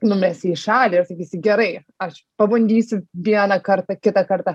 numesi į šalį ir sakysi gerai aš pabandysiu vieną kartą kitą kartą